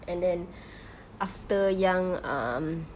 and then after yang um